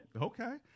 okay